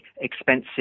expensive